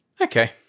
Okay